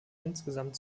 insgesamt